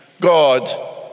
God